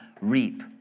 reap